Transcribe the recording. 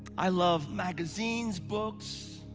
i love magazines, books,